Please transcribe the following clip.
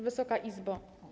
Wysoka Izbo!